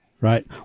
Right